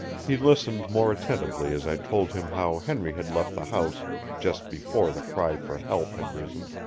he listened more attentively as i told him how henry had left the house just before the cry for help had risen.